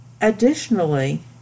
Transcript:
Additionally